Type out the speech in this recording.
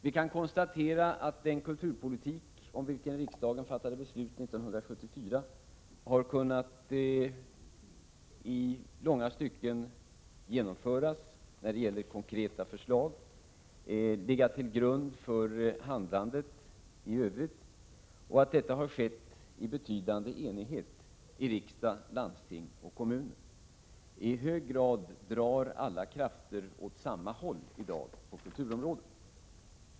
Vi kan konstatera att den kulturpolitik om vilken riksdagen fattade beslut 1974 i långa stycken har kunnat genomföras och när det gäller konkreta förslag kunnat ligga till grund för handlandet i Övrigt samt att detta har skett i betydande enighet i riksdag, landsting och kommuner. I hög grad drar alla krafter åt samma hålli dag på kulturområdet.